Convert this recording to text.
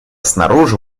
снаружи